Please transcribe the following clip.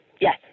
Yes